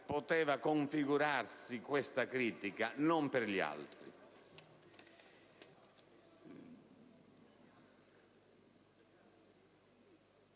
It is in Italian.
poteva configurarsi questa critica, non per le altre.